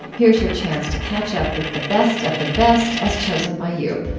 here's your chance to catch up with the best of the best as chosen by you.